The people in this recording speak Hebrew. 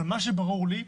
אבל מה שברור לי,